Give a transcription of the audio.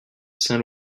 saint